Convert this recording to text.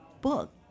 book